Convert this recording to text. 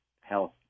health